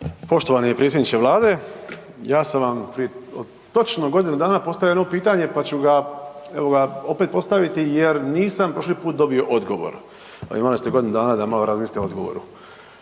Poštovani predsjedniče vlade, ja sam vam prije točno godinu dana postavio jedno pitanje, pa ću ga, evo ga opet postaviti jer nisam prošli put dobio odgovor, a imali ste godinu dana da malo razmislite o odgovoru.